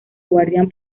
guardián